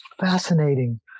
fascinating